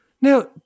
Now